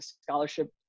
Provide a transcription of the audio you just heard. scholarship